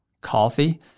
coffee